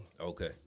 okay